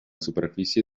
superficie